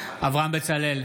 אברהם בצלאל,